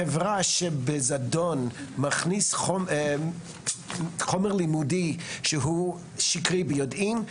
חברה שבזדון מכניסה חומר לימודי שהוא שקרי ביודעין,